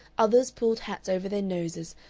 others pulled hats over their noses,